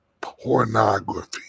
pornography